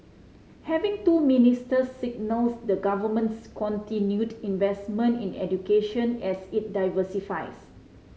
having two ministers signals the Government's continued investment in education as it diversifies